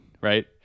right